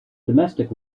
domestic